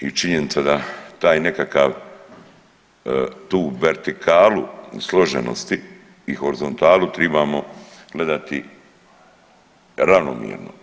I činjenica da taj nekakav, tu vertikalu složenosti i horizontalu tribamo gledati ravnomjerno.